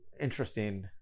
interesting